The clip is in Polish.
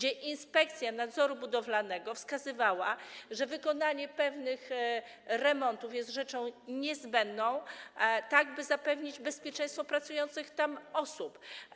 Inspekcja nadzoru budowlanego wskazywała, że wykonanie pewnych remontów jest rzeczą niezbędną do tego, by zapewnić bezpieczeństwo pracujących tam osób.